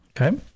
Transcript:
Okay